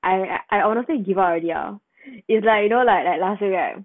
I I honestly give up already liao it's like you know like like last week right